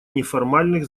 неформальных